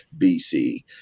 BC